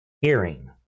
hearing